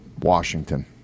Washington